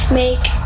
make